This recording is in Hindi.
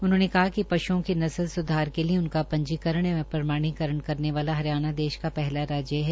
उन्होंने कहा पश्ओं की नस्ल सुधार के लिए उनका पंजीकरण एवं प्रमाणीकरण करने वाला हरियाणा देश का पहला राज्य है